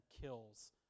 kills